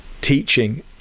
teaching